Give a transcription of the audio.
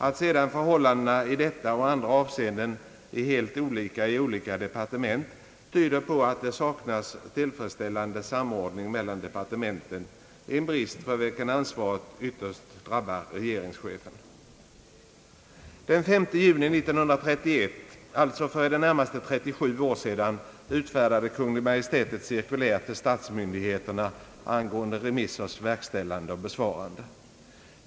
Att sedan förhållandena i detta och andra avseenden är helt olika i olika departement tyder på att det saknas tillfredsställande samord ning mellan departementen, en brist för vilken ansvaret ytterst drabbar regeringschefen. Den 5 juni 1931 — alltså för i det närmaste 37 år sedan — utfärdade Kungl. Maj:t ett cirkulär till statsmyndigheterna angående remissers verkställande och besvarande.